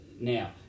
now